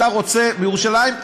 אתה רוצה בירושלים,